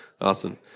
Awesome